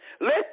Let